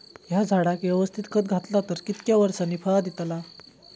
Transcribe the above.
हया झाडाक यवस्तित खत घातला तर कितक्या वरसांनी फळा दीताला?